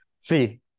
See